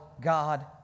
God